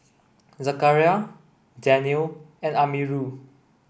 Zakaria Daniel and Amirul